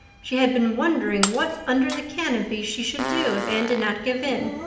she had been wondering what under the canopy she should do if anne did not give in.